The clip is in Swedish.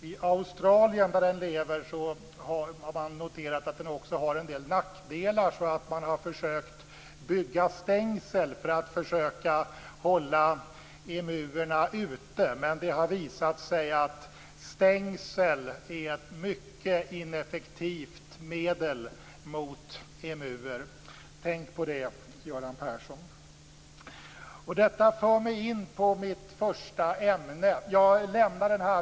I Australien, där den lever, har man noterat att den också medför en del nackdelar. Man har försökt bygga stängsel för att hålla emuerna ute. Men det har visat sig att stängsel är ett mycket ineffektivt medel mot emuer. Tänk på det, Göran Persson! Detta för mig in på mitt första ämne. Jag lämnar cd-romskivan här.